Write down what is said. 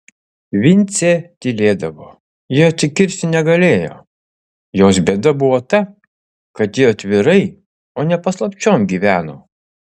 vincė tylėdavo ji atsikirsti negalėjo jos bėda buvo ta kad ji atvirai o ne paslapčiom gyveno